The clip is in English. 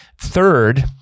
Third